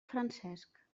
francesc